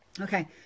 Okay